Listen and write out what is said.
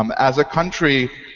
um as a country,